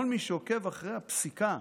כל מי שעוקב אחרי הפסיקה,